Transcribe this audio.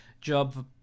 job